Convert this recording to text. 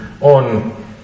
on